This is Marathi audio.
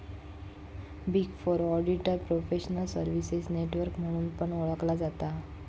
big four auditor professional services network म्हणून पण ओळखला जाता